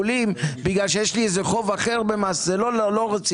העיקולים בגלל שיש לי איזה חוב אחר במס זה לא רציני.